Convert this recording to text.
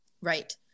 right